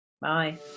Bye